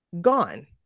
Gone